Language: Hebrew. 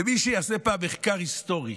מי שיעשה פעם מחקר היסטורי,